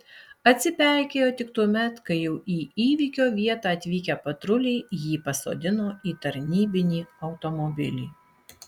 atsipeikėjo tik tuomet kai jau į įvykio vietą atvykę patruliai jį pasodino į tarnybinį automobilį